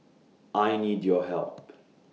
I need your help